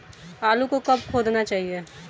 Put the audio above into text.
आलू को कब खोदना चाहिए?